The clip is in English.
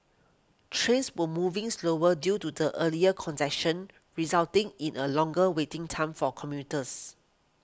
trains were moving slower due to the earlier congestion resulting in a longer waiting time for commuters